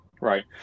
Right